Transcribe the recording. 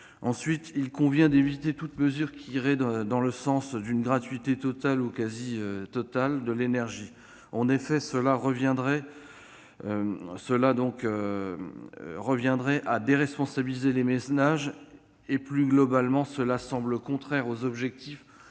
Ensuite, il convient d'éviter toute mesure qui irait dans le sens d'une gratuité totale, ou quasi totale, de l'énergie. En effet, cela reviendrait à déresponsabiliser les ménages. Plus globalement, cela semble contraire aux objectifs